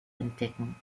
entdecken